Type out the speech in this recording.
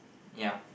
ya